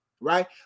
Right